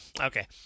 okay